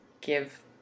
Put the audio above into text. give